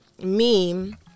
meme